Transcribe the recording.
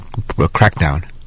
crackdown